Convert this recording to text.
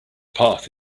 path